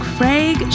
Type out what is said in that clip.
Craig